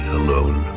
alone